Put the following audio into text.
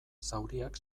zauriak